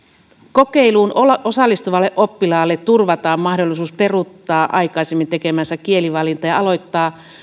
kokeiluun osallistuvalle oppilaalle turvataan mahdollisuus peruuttaa aikaisemmin tekemänsä kielivalinta ja aloittaa